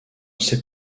sait